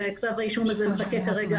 כתב האישום הזה מחכה כרגע.